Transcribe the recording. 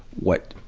what,